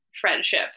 friendship